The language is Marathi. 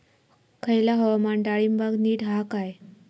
हयला हवामान डाळींबाक नीट हा काय?